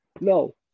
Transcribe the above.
no